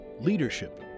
Leadership